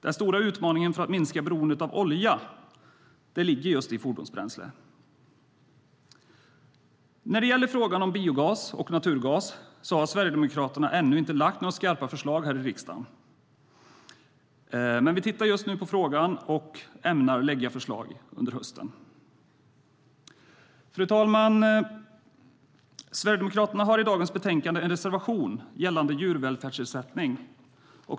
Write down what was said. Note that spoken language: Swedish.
Den stora utmaningen för att minska beroendet av olja ligger i fordonsbränslet. När det gäller frågan om biogas och naturgas har Sverigedemokraterna ännu inte lagt fram några skarpa förslag i riksdagen. Men vi tittar just nu på frågan och ämnar lägga fram förslag under hösten. Fru talman! Sverigedemokraterna har i dagens betänkande en reservation om djurvälfärdsersättning.